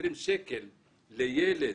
20 שקל לילד,